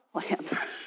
plan